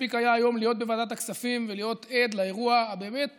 מספיק היה היום להיות בוועדת הכספים ולהיות עד לאירוע הבאמת-מביך,